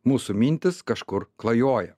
mūsų mintys kažkur klajoja